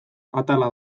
atala